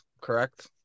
Correct